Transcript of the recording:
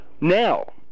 Now